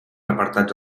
apartats